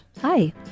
Hi